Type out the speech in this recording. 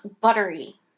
buttery